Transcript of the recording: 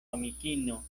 amikino